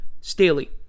Staley